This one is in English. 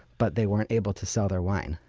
but they weren't able to sell their wine.